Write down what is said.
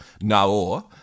Naor